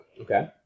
Okay